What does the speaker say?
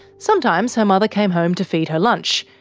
sometimes, her mother came home to feed her lunch,